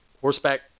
horseback